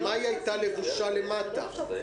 עם מה היא הייתה לבושה בחלק הגוף התחתון?